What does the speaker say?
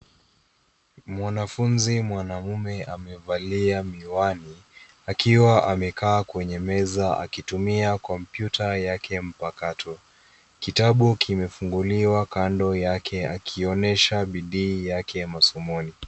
Mwanafunzi mwanaume amevalia miwani, akiwa amekaa kwenye meza akitumia kompyuta yake mpakato. Kitabu kimefunguliwa kando yake akionyesha bidii yake masomoni.